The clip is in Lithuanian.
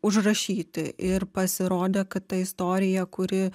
užrašyti ir pasirodė kad ta istorija kuri